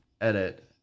edit